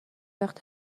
وقت